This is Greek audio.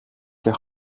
και